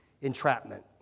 entrapment